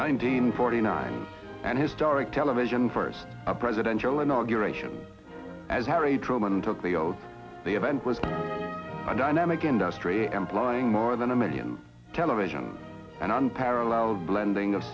nineteen forty nine and historic television first a presidential inauguration as harry truman took leo the event was a dynamic industry employing more than a million television an unparalleled blending of